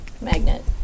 magnet